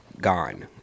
gone